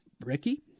Ricky